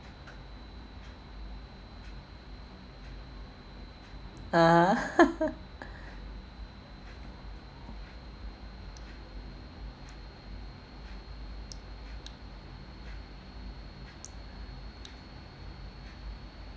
ah